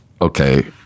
okay